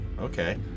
Okay